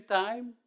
time